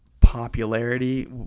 popularity